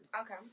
Okay